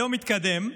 היום התקדם,